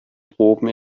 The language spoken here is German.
proben